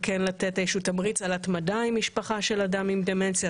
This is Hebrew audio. וכן לתת איזשהו תמריץ על התמדה עם משפחה של אדם עם דמנציה,